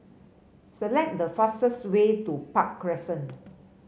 select the fastest way to Park Crescent